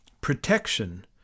protection